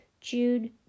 Jude